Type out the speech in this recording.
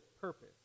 purpose